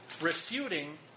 refuting